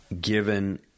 given